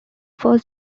first